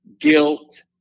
guilt